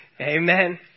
Amen